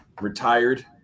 retired